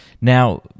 Now